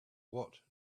what